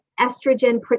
estrogen